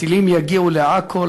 הטילים יגיעו לעכו,